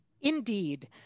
Indeed